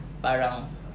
parang